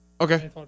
Okay